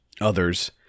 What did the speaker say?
others